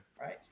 right